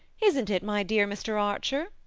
isn't it, my dear mr. archer?